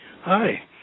Hi